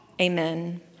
Amen